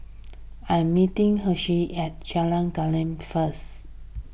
I am meeting Hershel at Jalan Gelam first